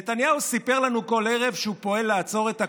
נתניהו סיפר לנו בכל ערב שהוא פועל לעצור את הקורונה,